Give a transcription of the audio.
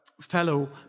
fellow